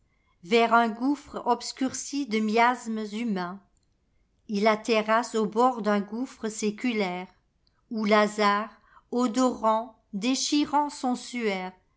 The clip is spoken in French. un gouffre obscurci de miasmes humains il la terrasse au bord d'un gouffre séculaire où lazare odorant ddchiiant son